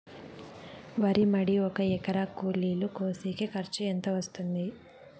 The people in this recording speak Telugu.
వరి మడి ఒక ఎకరా కూలీలు కోసేకి ఖర్చు ఎంత వస్తుంది?